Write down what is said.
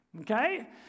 Okay